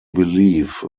believe